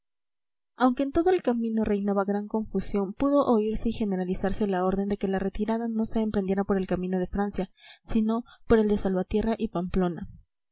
aunque en todo el camino reinaba gran confusión pudo oírse y generalizarse la orden de que la retirada no se emprendiera por el camino de francia sino por el de salvatierra y pamplona